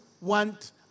want